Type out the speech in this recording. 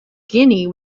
guinea